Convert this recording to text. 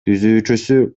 түзүүчүсү